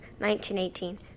1918